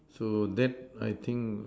so that I think